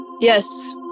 Yes